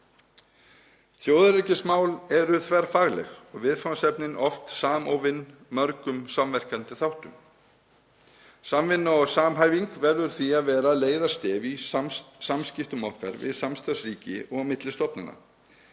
Þjóðaröryggismál eru þverfagleg og viðfangsefnin oft samofin mörgum samverkandi þáttum. Samvinna og samhæfing verður því að vera leiðarstef í samskiptum okkar við samstarfsríki og á milli stofnana.